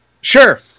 Sure